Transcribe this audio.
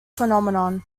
phenomenon